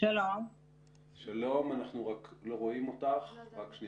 נעשה צעד של דחיית הלוואות שמאפשר לכל לווה לדחות את ההלוואה שלו בחצי